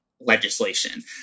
legislation